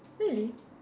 really